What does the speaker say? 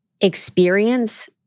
experience